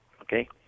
okay